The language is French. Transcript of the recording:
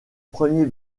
premier